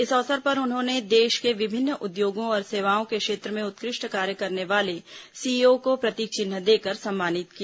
इस अवसर पर उन्होंने देश के विभिन्न उद्योगों और सेवाओं के क्षेत्र में उत्कृष्ट कार्य करने वाले सीईओ को प्रतीक चिन्ह देकर सम्मानित किया